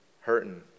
hurting